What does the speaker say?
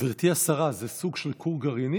גברתי השרה, זה סוג של כור גרעיני?